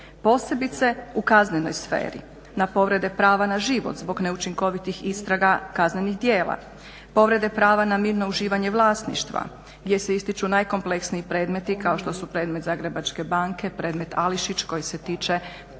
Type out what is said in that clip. posebice u kaznenoj sferi, na povrede prava na život zbog neučinkovitih istraga kaznenih djela, povrede prava na mirno uživanje vlasništva gdje se ističu najkompleksniji predmeti kao što su predmet Zagrebačke banke, predmet Ališić koji se tiče stare